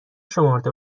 شمرده